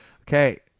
Okay